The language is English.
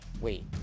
Wait